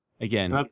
again